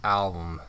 album